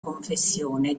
confessione